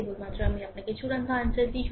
কেবলমাত্র আমি আপনাকে চূড়ান্ত আনসার দিই